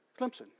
Clemson